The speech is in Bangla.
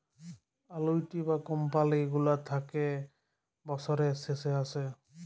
আলুইটি কমপালি গুলা থ্যাকে বসরের শেষে আসে